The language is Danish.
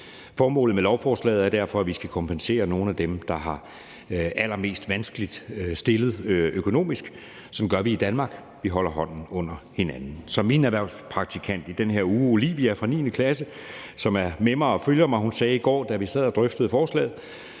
Formålet med lovforslaget er derfor, at vi skal kompensere nogle af dem, der er allermest vanskeligt stillet økonomisk. Sådan gør vi i Danmark; vi holder hånden under hinanden. Som min erhvervspraktikant, Olivia fra 9. klasse, som er med mig og følger mig i den her uge, sagde i går, da vi sad og drøftede forslaget: